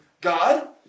God